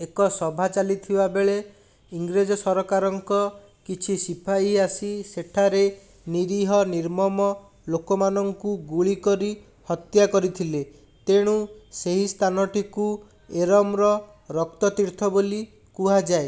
ଏକ ସଭା ଚାଲିଥିବାବେଳେ ଇଂରେଜ ସରକାରଙ୍କ କିଛି ସିପାହୀ ଆସି ସେଠାରେ ନିରିହ ନିର୍ମମ ଲୋକମାନଙ୍କୁ ଗୁଳିକରି ହତ୍ୟା କରିଥିଲେ ତେଣୁ ସେଇ ସ୍ଥାନଟିକୁ ଏରମର ରକ୍ତତୀର୍ଥ ବୋଲି କୁହାଯାଏ